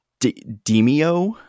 Demio